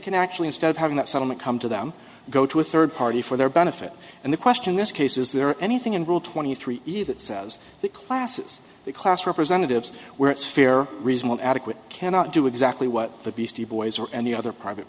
can actually instead of having that settlement come to them go to a third party for their benefit and the question this case is there anything in rule twenty three year that says that classes the class representatives where it's fair reasonable adequate cannot do exactly what the beastie boys or any other private